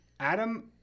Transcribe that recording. Adam